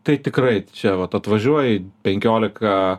tai tikrai čia vat atvažiuoji penkiolika